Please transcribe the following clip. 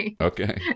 Okay